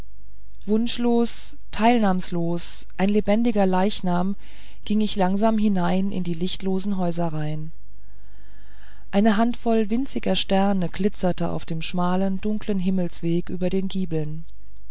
wunschlos teilnahmslos ein lebender leichnam ging ich langsam hinein in die lichtlosen häuserreihen eine handvoll winziger sterne glitzerte auf dem schmalen dunklen himmelsweg über den giebeln